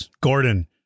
Gordon